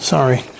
Sorry